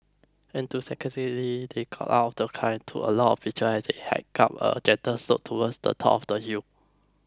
enthusiastically they got out of the car and took a lot of pictures as they hiked up a gentle slope towards the top of the hill